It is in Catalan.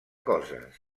coses